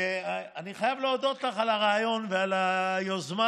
ואני חייב להודות לך על הרעיון ועל היוזמה.